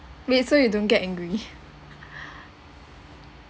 wait so you don't get angry